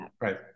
Right